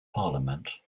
parliament